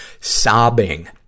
sobbing